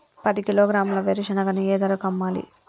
పది కిలోగ్రాముల వేరుశనగని ఏ ధరకు అమ్మాలి?